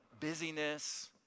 busyness